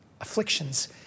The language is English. afflictions